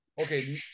Okay